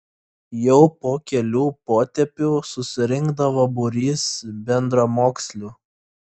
jau po kelių potėpių susirinkdavo būrys bendramokslių